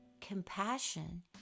Compassion